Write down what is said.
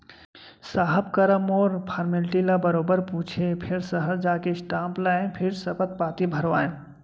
साहब करा मोर फारमेल्टी ल बरोबर पूछें फेर सहर जाके स्टांप लाएँ फेर सपथ पाती भरवाएंव